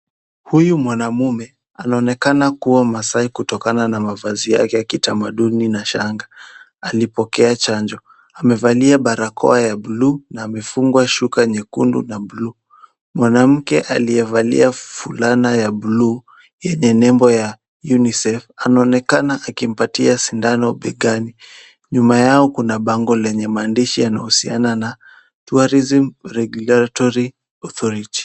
Huyu mwanamume anaonekana kuwa Masai kutokana na mavazi yake ya kitamaduni na shanga alipokea chanjo. Amevalia barakoa ya (cs)blue(cs) na amefungwa shuka nyekundu na (cs)blue (cs) .Mwanamke aliyevalia fulana ya (cs)blue(cs) yenye nembo ya (cs) unicef (cs) anaonekana akimpatia sindano begani. Nyuma yao kuna bango lenye maandishi yanayohusiana na (cs)tourism regularatory authority(cs).